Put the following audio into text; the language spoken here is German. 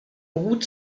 beruht